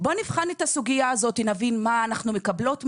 את הסוגיה הזאת, נבין מה אנחנו מקבלות מזה,